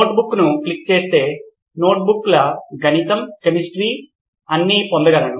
notebook నేను click చేస్తే నోట్బుక్ల గణితం కెమిస్ట్రీ అన్నీ పొందగలను